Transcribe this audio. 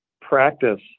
practice